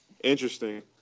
Interesting